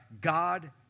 God